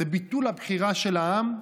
זה ביטול הבחירה של העם,